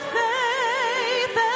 faith